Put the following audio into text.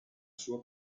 suo